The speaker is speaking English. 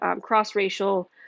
cross-racial